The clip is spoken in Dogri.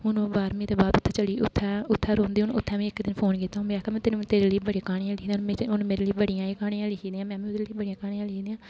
हून ओह् बाह्रमीं दे बाद उत्थै चली गेई उत्थै रौंह्दे हून उत्थै में इक दिन फोन कीता में आखेआ में तेरे लिये बड़ी क्हानियां लिखी दियां उन्न मेरे लेई बड़ियां क्हानियां लिखी दियां में बी ओह्दे लेई बड़ियां क्हानियां लिखी दियां